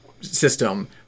system